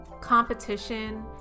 competition